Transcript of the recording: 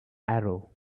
arrow